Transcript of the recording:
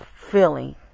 feeling